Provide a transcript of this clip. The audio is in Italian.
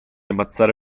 ammazzare